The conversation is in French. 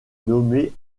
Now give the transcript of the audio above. nommé